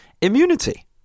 immunity